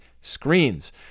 Screens